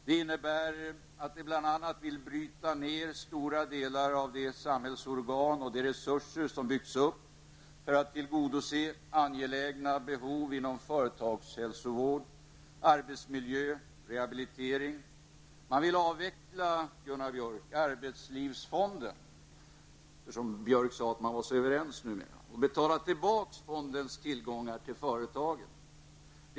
Det innebär att de bl.a. vill bryta ner stora delar av de samhällsorgan och de resurser som byggts upp för att tillgodose angelägna behov inom företagshälsovård, arbetsmiljö och rehabilitering. Moderaterna vill avveckla arbetslivsfonden, Gunnar Björk, och betala tillbaka fondens tillgångar till företagen.